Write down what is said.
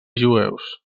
jueus